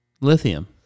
Lithium